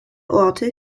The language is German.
orte